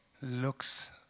looks